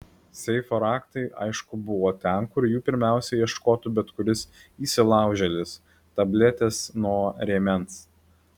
seifo raktai aišku buvo ten kur jų pirmiausia ieškotų bet kuris įsilaužėlis tabletės nuo rėmens